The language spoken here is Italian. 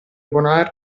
bonard